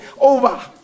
Over